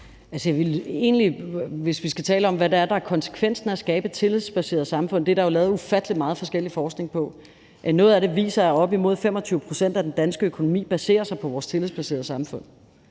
Hvis vi skal tale om, hvad der er konsekvensen af at skabe et tillidsbaseret samfund, vil jeg sige, at der jo er lavet ufattelig meget forskellig forskning om det. Noget af forskningen viser, at op imod 25 pct. af den danske økonomi baserer sig på vores tillidsbaserede samfund.